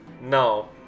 No